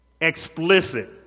explicit